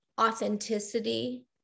authenticity